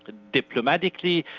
but diplomatically,